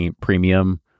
premium